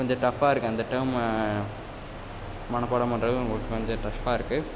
கொஞ்சம் டஃப்பாக இருக்கும் அந்த டேர்மை மனப்பாடம் பண்ணுறது நமக்கு கொஞ்சம் டஃப்பாக இருக்குது